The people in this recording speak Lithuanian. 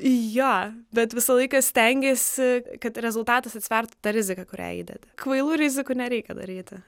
jo bet visą laiką stengiesi kad rezultatas atsvertų tą riziką kurią įdedi kvailų rizikų nereikia daryti